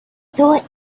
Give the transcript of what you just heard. thought